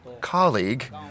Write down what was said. colleague